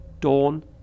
Dawn